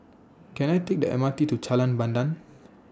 Can I Take The M R T to Jalan Pandan